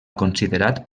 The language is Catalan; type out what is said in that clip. considerat